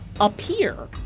appear